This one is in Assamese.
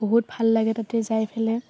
বহুত ভাল লাগে তাতে যাই ফেলাই